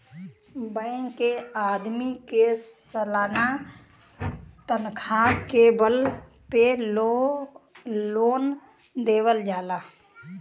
bank के आदमी के सालाना तनखा के बल पे लोन देवल जाला